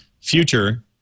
future